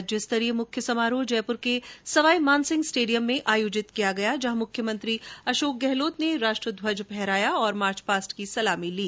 राज्य स्तरीय मुख्य समारोह जयपुर के सवाई मानसिंह स्टेडियम में आयोजित किया गया जहां मुख्यमंत्री अशोक गहलोत ने राष्ट्र ध्वज फहराया और मार्चपास्ट की सलामी ली